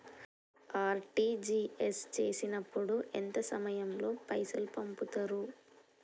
RTGS చేసినప్పుడు ఎంత సమయం లో పైసలు పంపుతరు?